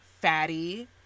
fatty